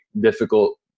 difficult